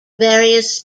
various